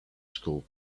school